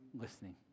listening